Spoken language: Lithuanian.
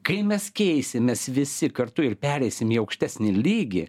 kai mes keisimės visi kartu ir pereisim į aukštesnį lygį